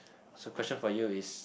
so question for you is